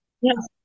Yes